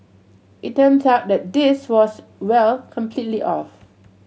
it turns out that this was well completely off